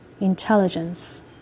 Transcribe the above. Intelligence